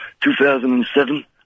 2007